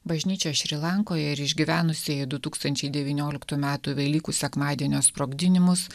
bažnyčia šri lankoje ir išgyvenusieji du tūkstančiai devynioliktų metų velykų sekmadienio sprogdinimus